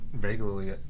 regularly